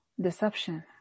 deception